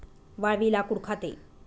वाळवी लाकूड खाते